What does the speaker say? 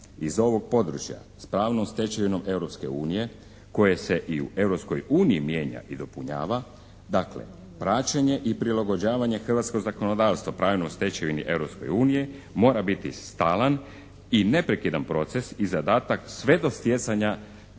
iz ovog područja s pravnom stečevinom Europske unije koje se i u Europskoj uniji mijenja i dopunjava, dakle praćenje i prilagođavanje hrvatskog zakonodavstva pravnoj stečevini Europske unije mora biti stalan i neprekidan proces i zadatak sve do stjecanja